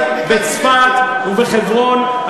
בצפת ובחברון.